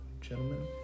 gentlemen